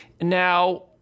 Now